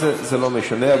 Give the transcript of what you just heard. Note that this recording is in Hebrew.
זה לא משנה,